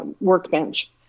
workbench